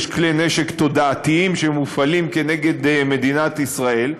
יש כלי נשק תודעתיים שמופעלים כנגד מדינת ישראל,